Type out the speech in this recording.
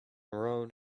road